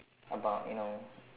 about you know